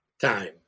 time